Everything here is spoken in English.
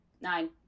Nine